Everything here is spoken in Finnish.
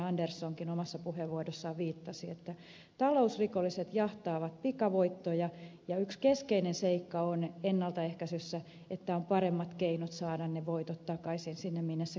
anderssonkin omassa puheenvuorossaan viittasi että talousrikolliset jahtaavat pikavoittoja ja yksi keskeinen seikka on ennaltaehkäisyssä se että on paremmat keinot saada ne voitot takaisin sinne minne ne kuuluvat eli ed